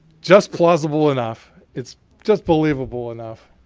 just plausible enough. it's just believable enough.